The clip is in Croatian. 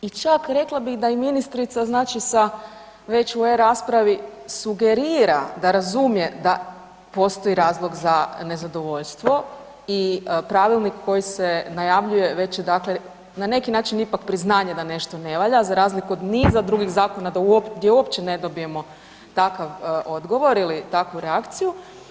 I čak rekla bih da i ministrica znači sa već u e-raspravi sugerira da razumije da postoji razlog za nezadovoljstvo i pravilnik koji se najavljuje već je dakle na neki način ipak priznanje da nešto ne valja za razliku od niza drugih zakona gdje uopće ne dobijemo takav odgovor ili takvu reakciju.